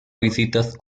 visitas